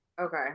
Okay